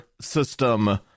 system